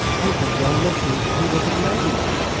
uncle john listened and was amazed.